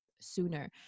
sooner